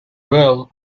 well